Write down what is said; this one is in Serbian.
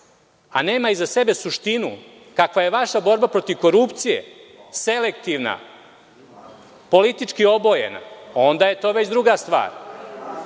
a nema iza sebe suštinu kakva je vaša borba protiv korupcije, selektivna, politički obojena, onda je to već druga stvar.